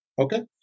Okay